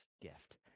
gift